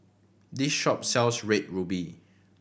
this shop sells Red Ruby